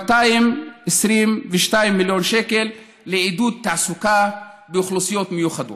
222 מיליון שקל לעידוד תעסוקה באוכלוסיות מיוחדות.